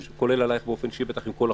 כולל עלייך באופן אישי בטח עם כל החוקים,